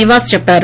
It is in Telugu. నివాస్ చెప్పారు